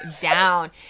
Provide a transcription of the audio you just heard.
down